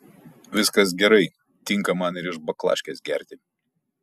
viskas gerai tinka man ir iš baklaškės gerti